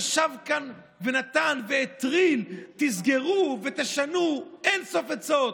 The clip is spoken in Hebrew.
ישב כאן ונתן והטריל: תסגרו ותשנו, אין-סוף עצות,